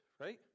right